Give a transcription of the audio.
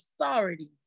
authority